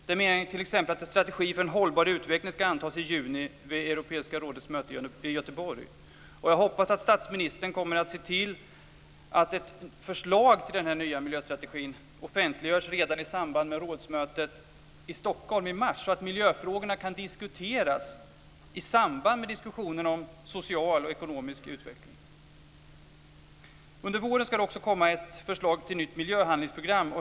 Det är t.ex. meningen att en strategi för en hållbar utveckling ska antas i juni vid Europeiska rådets möte i Göteborg. Jag hoppas att statsministern kommer att se till att ett förslag till den nya miljöstrategin offentliggörs redan i samband med rådsmötet i Stockholm i mars, så att miljöfrågorna kan diskuteras i samband med diskussionerna om social och ekonomisk utveckling. Under våren ska det också komma ett förslag till ett nytt miljöhandlingsprogram.